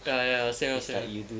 ya ya same ah same